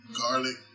garlic